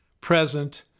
present